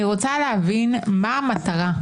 אני רוצה להבין מה המטרה.